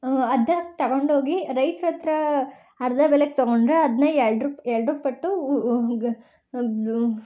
ಅದಾಗಿ ತೊಗೊಂಡೋಗಿ ರೈತ್ರ ಹತ್ರ ಅರ್ಧ ಬೆಲೆಗೆ ತೊಗೊಂಡ್ರೆ ಅದನ್ನ ಎರಡು ಎರಡು ಪಟ್ಟು